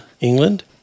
England